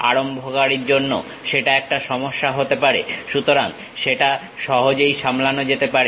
আরম্ভকারীর জন্য সেটা একটা সমস্যা হতে পারে সুতরাং সেটা সহজেই সামলানো যেতে পারে